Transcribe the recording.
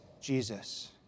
Jesus